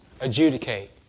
adjudicate